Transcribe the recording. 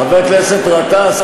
חבר הכנסת גטאס,